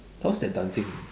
how's that dancing